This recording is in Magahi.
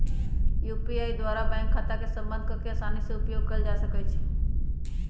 यू.पी.आई द्वारा बैंक खता के संबद्ध कऽ के असानी से उपयोग कयल जा सकइ छै